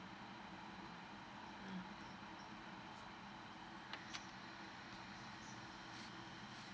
mm